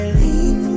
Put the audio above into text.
lean